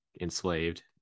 enslaved